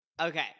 Okay